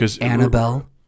Annabelle